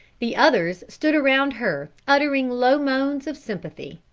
the others stood around her uttering low moans of sympathy,